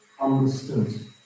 understood